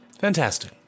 Fantastic